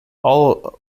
all